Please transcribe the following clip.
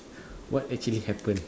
what actually happened